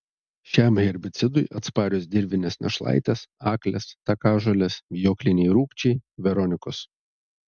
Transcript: šiam herbicidui atsparios dirvinės našlaitės aklės takažolės vijokliniai rūgčiai veronikos